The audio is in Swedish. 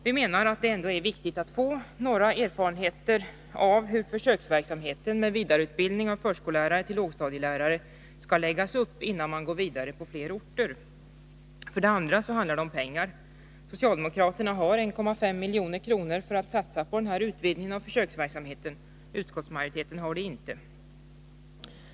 Vi menar att det ändå är viktigt att få några erfarenheter av hur försöksverksamheten med vidareutbildning av förskollärare till lågstadielärare skall läggas upp, innan man går vidare på fler orter. För det andra handlar det om pengar. Socialdemokraterna har 1,5 milj.kr. att satsa på denna utbildning och försöksverksamhet. Utskottsmajoriteten har det inte.